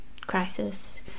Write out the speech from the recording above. crisis